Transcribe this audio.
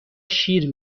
شیر